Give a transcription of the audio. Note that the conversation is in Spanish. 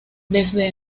desde